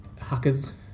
hackers